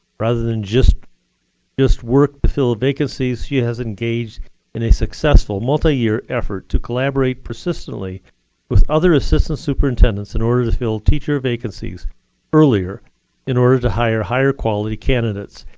rather than just just work to fill vacancies, she has engaged in a successful multi-year effort to collaborate persistently with other assistant superintendents in order to fill teacher vacancies earlier in order to hire higher quality candidates.